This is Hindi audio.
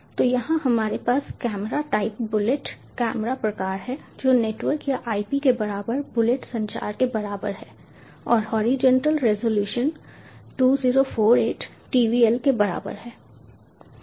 तो यहां हमारे पास कैमरा टाइप बुलेट कैमरा प्रकार है जो नेटवर्क या IP के बराबर बुलेट संचार के बराबर है और हॉरिजॉन्टल रेजोल्यूशन 2048 TVL के बराबर है